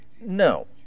No